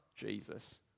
Jesus